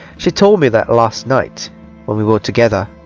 she told me that last night when we were together